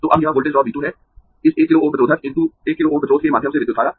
तो अब यह वोल्टेज ड्रॉप V 2 है इस 1 किलो Ω प्रतिरोधक × 1 किलो Ω प्रतिरोध के माध्यम से विद्युत धारा